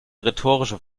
rhetorische